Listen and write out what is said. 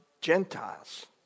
Gentiles